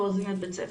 ועוזבים את בית הספר.